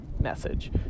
message